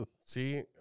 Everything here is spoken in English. See